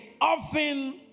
often